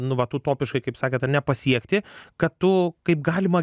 nu vat utopiškai kaip sakėt ar ne pasiekti kad tu kaip galima